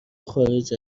خارج